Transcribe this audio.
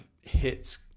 hits